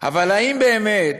אבל האם באמת